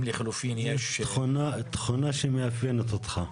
--- ולכן אנחנו הגשנו הסתייגות,